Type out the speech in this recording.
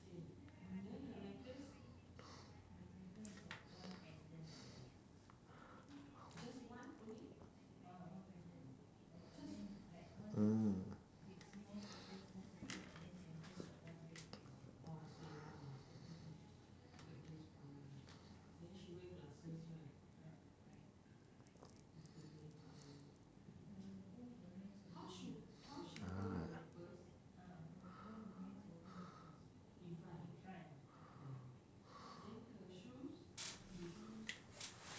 oh ah